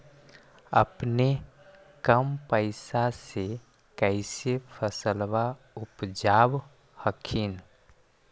अपने कम पैसा से कैसे फसलबा उपजाब हखिन?